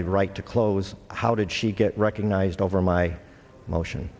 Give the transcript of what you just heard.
the right to close how did she get recognised over my motion